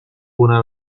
una